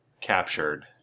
captured